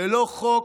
ללא חוק?